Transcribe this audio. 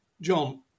John